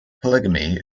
polygamy